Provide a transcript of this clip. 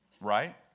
right